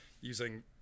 using